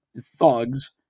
thugs